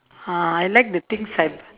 uh I like the things I b~